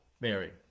Mary